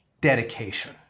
dedication